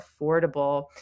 affordable